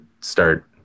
start